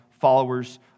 followers